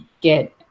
get